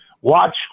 watch